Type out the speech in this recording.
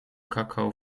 cocoa